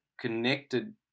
connected